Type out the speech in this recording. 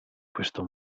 questo